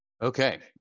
Okay